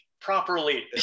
properly